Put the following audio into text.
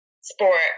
sport